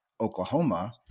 Oklahoma